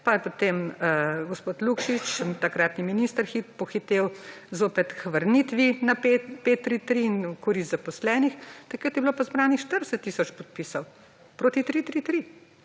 pa je potem gospod Lukšič, takrat minister, pohitel zopet k vrnitvi na 5+3+3 v korist zaposlenih, takrat je bilo pa zbranih 40 tisoč podpisov proti 3+3+3.